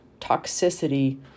toxicity